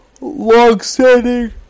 long-standing